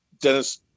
Dennis